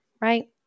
right